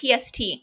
PST